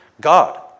God